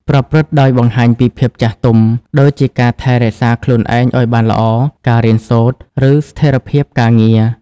ប្រព្រឹត្តដោយបង្ហាញពីភាពចាស់ទុំ ដូចជាការថែរក្សាខ្លួនឯងឲ្យបានល្អ ការរៀនសូត្រ ឬស្ថិរភាពការងារ។